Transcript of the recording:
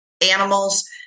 animals